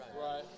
Right